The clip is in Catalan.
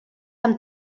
amb